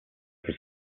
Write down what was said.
for